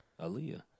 Aaliyah